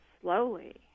slowly